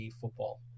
football